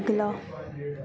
ਅਗਲਾ